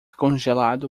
congelado